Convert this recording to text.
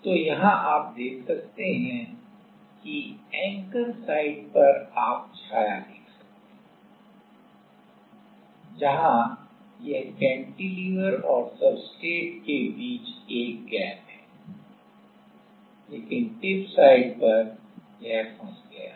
तो यहां आप देख सकते हैं कि एंकर साइट पर आप छाया देख सकते हैं जहां यह कैंटिलीवर और सब्सट्रेट के बीच एक गैप है लेकिन टिप साइट पर यह फंस गया है